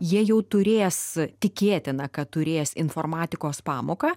jie jau turės tikėtina kad turės informatikos pamoką